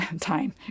time